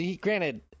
Granted